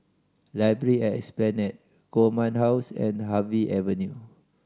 library at Esplanade Command House and Harvey Avenue